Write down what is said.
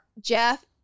Jeff